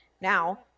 Now